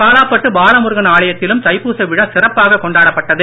காலாப்பட்டு பாலமுருகன் ஆலயத்திலும் தைப்பூச விழா சிறப்பாக கொண்டாடப்பட்டது